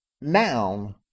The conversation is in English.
noun